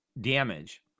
damage